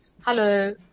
hello